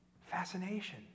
fascination